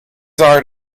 art